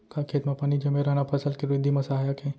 का खेत म पानी जमे रहना फसल के वृद्धि म सहायक हे?